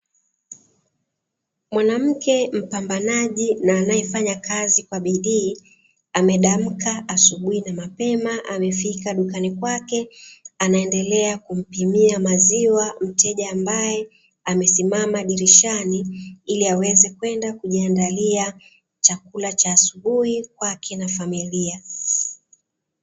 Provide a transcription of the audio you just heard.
Mwanamke mpambanaji na anayefanya kazi kwa bidii amedamka asubuhi na mapema amefika dukani kwake, anaendelea kumpimia maziwa mteja ambaye amesimama dirishani, ili aweze kwenda kujiandalia chakula cha asubuhi kwake na familia.